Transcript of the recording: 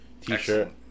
t-shirt